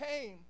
came